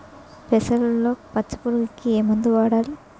పెసరలో పచ్చ పురుగుకి ఏ మందు వాడాలి?